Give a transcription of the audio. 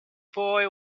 boy